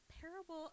parable